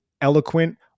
Eloquent